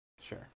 Sure